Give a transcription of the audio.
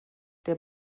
der